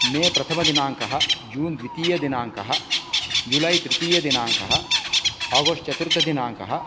मे प्रथमदिनाङ्कः जून् द्वितीयदिनाङ्कः जूलै तृतीयदिनाङ्कः आगस्ट् चतुर्थदिनाङ्कः